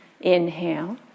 Inhale